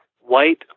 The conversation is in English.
white